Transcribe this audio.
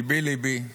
ליבי, ליבי.